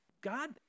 God